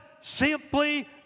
simply